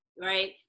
right